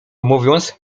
mówiąc